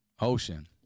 Ocean